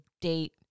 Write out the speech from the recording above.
date